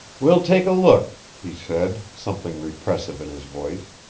we'll take a look, he said, something repressive in his voice.